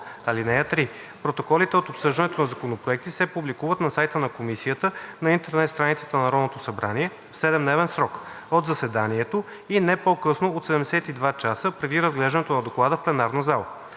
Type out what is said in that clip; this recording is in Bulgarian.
(3) Протоколите от обсъждането на законопроекти се публикуват на сайта на комисията на интернет страницата на Народното събрание в 7-дневен срок от заседанието и не по-късно от 72 часа преди разглеждането на доклада в пленарна зала,